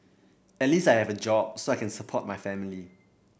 at least I have a job so I can support my family